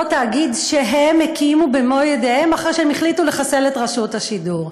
אותו תאגיד שהם הקימו במו-ידיהם אחרי שהם החליטו לחסל את רשות השידור.